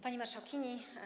Pani Marszałkini!